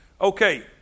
Okay